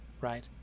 right